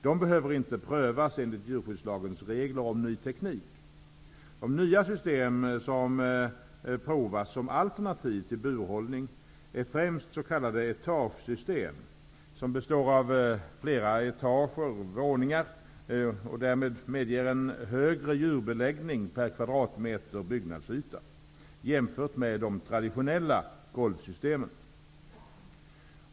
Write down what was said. De behöver inte prövas enligt djurskyddslagens regler om ny teknik. De nya system som provas som alternativ till burhållning är främst s.k. etagesystem som består av flera etager och som därmed medger en högre djurbeläggning per kvadratmeter byggnadsyta jämfört med de traditionella golvsystemen.